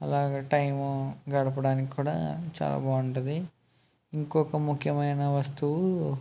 అలాగ టైము గడపడానికి కూడా చాలా బాగుంటుంది ఇంకొక ముఖ్యమైన వస్తువు